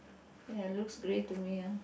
ya looks grey to me ah